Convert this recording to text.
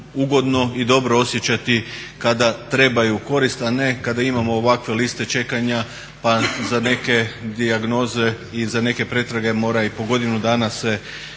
ugodno i dobro osjećati kada trebaju korist a ne kada imamo ovakve liste čekanja pa za neke dijagnoze i za neke pretrage mora i po godinu dana se